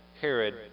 Herod